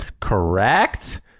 Correct